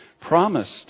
promised